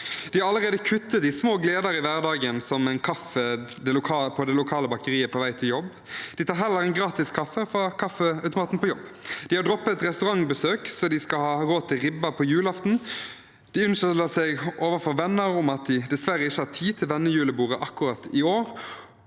De har allerede kuttet i små gleder i hverdagen, som en kaffe på det lokale bakeriet på vei til jobb. De tar heller en gratis kaffe fra kaffeautomaten på jobb. De har droppet restaurantbesøk så de skal ha råd til ribbe på julaften. De unnskylder seg overfor venner med at de dessverre ikke har tid til vennejulebordet akkurat i år,